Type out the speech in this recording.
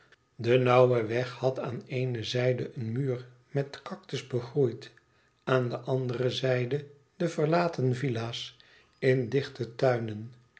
de nauwe weg had aan eene zijde een muur met cactus begroeid aan de andere zijde de verlaten villa's in dichte tuinen